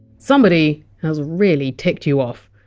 somebody has really ticked you off.